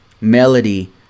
melody